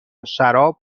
شراب